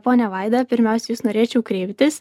ponia vaida pirmiausia į jus norėčiau kreiptis